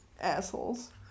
assholes